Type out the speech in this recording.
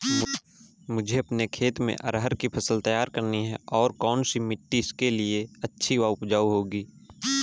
मुझे अपने खेत में अरहर की फसल तैयार करनी है और कौन सी मिट्टी इसके लिए अच्छी व उपजाऊ होगी?